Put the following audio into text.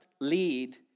lead